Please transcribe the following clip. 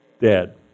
dead